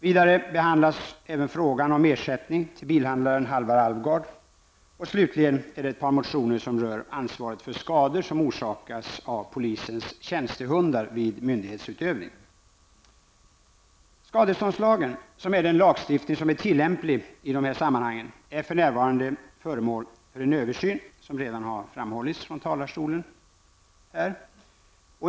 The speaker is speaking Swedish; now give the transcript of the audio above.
Vidare behandlas även frågan om ersättning till bilhandlaren Halvar Alvgard och slutligen behandlas ett par motioner som rör ansvaret för skador som orsakas av polisens tjänstehundar vid myndighetsutövning. Skadeståndslagen, som är den lagstiftning som är tillämplig i dessa sammanhang, är för närvarande föremål för en översyn, vilket redan har framhållits från talarstolen.